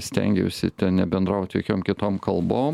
stengiausi ten nebendraut jokiom kitom kalbom